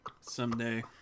Someday